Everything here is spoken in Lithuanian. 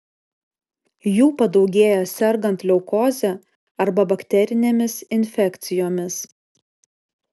jų padaugėja sergant leukoze arba bakterinėmis infekcijomis